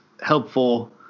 helpful